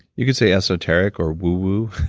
you can say esoteric or woo woo.